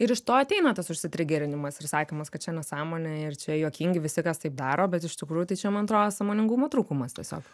ir iš to ateina tas užsitrigerinimas ir sakymas kad čia nesąmonė ir čia juokingi visi kas taip daro bet iš tikrųjų tai čia man atrodo sąmoningumo trūkumas tiesiog